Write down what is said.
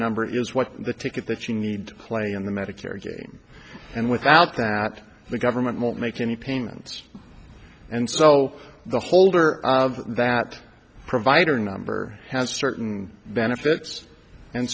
number is what the ticket that you need play in the medicare game and without that the government won't make any payments and so the holder of that provider number has certain benefits and